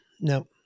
No